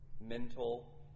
Mental